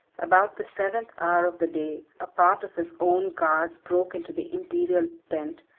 about the seventh hour of the day, a part of his own guards broke into the imperial tent,